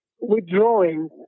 withdrawing